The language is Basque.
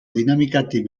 dinamikatik